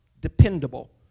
dependable